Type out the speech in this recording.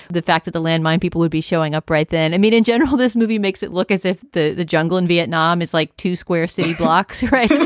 the fact that the landmine people would be showing up right then. i mean, in general, this movie makes it look as if the the jungle in vietnam is like two square city blocks. right.